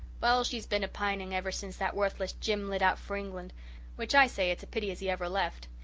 well, she's been a-pining ever since that worthless jim lit out for england which i say it's a pity as he ever left.